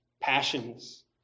Passions